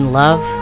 love